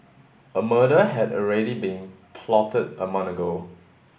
a murder had already been plotted a month ago